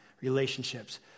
relationships